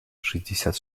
шестьдесят